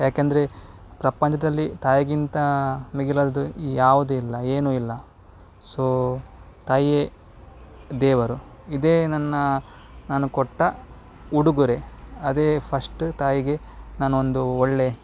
ಯಾಕೆಂದರೆ ಪ್ರಪಂಚದಲ್ಲಿ ತಾಯಿಗಿಂತ ಮಿಗಿಲಾದುದು ಯಾವುದು ಇಲ್ಲ ಏನು ಇಲ್ಲ ಸೊ ತಾಯಿಯೇ ದೇವರು ಇದೇ ನನ್ನ ನಾನು ಕೊಟ್ಟ ಉಡುಗೊರೆ ಅದೇ ಫಸ್ಟ್ ತಾಯಿಗೆ ನಾನೊಂದು ಒಳ್ಳೆಯ